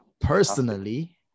personally